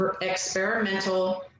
experimental